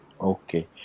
Okay